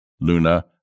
Luna